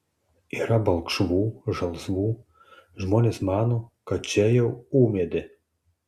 yra balkšvų žalsvų žmonės mano kad čia jau ūmėdė